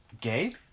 Gay